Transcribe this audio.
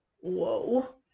Whoa